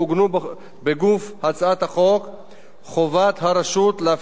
חובת הרשות להבטיח את רמת כשירותם של עובדי הרשות